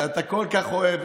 שאתה כל כך אוהב,